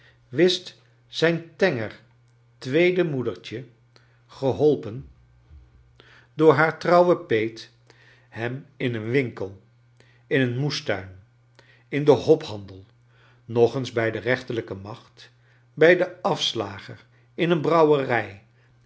wist zijn longer tweode moedertje geholcharles dickens pen door haar trouwen peet hem in een winkel in een moestuin in den hophandel nog eens bij de rechterlijke rnacht bij een afslager in een brouwerij